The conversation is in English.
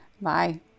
Bye